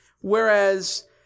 Whereas